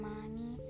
Mommy